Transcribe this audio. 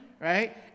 right